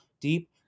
deep